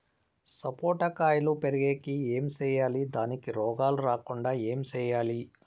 సపోట కాయలు పెరిగేకి ఏమి సేయాలి దానికి రోగాలు రాకుండా ఏమి సేయాలి?